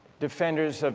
defenders ah